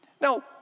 Now